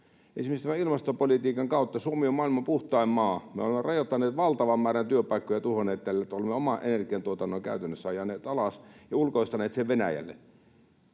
esimerkiksi tämän ilmastopolitiikan kautta. Suomi on maailman puhtain maa. Me olemme tällä tavalla rajoittamalla tuhonneet valtavan määrän työpaikkoja ja oman energiantuotannon käytännössä ajaneet alas ja ulkoistaneet sen Venäjälle.